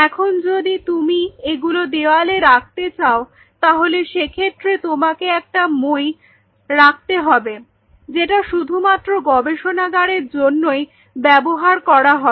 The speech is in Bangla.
এখন যদি তুমি এগুলো দেওয়ালে রাখতে চাও তাহলে সেক্ষেত্রে তোমাকে একটা মই রাখতে হবে যেটা শুধুমাত্র গবেষণাগারের জন্যই ব্যবহার করা হবে